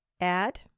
add